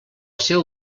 seu